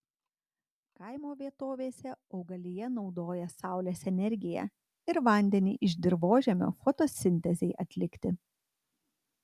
kaimo vietovėse augalija naudoja saulės energiją ir vandenį iš dirvožemio fotosintezei atlikti